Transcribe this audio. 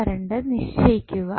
current നിശ്ചയിക്കുക